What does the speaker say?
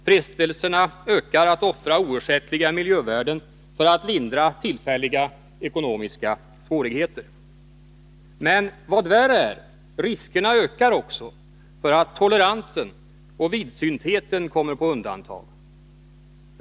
Frestelserna ökar att offra oersättliga miljövärden för att lindra tillfälliga ekonomiska svårigheter. Men vad värre är, riskerna ökar också för att toleransen och vidsyntheten kommer på undantag.